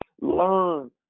learn